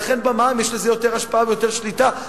ולכן, במע"מ יש לזה יותר השפעה ויותר שליטה.